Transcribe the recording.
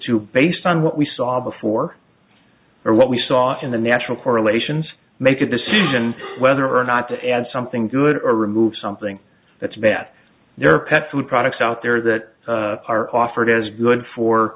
to based on what we saw before or what we saw in the natural correlations make a decision whether or not to add something good or remove something that's bad their pet food products out there that are offered as good